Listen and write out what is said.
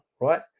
right